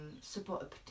support